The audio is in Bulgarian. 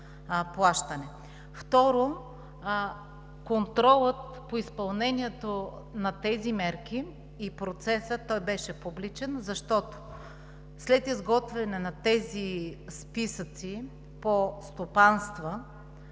Второ, контролът по изпълнението на тези мерки и процесът – той беше публичен, защото след изготвяне на тези списъци по стопанства,